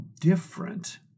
different